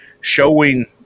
showing